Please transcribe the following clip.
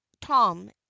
Tom